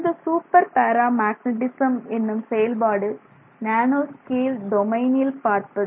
இந்த superparamagnetism என்னும் செயல்பாடு நேனோ ஸ்கேல் டொமைனில் பார்ப்பது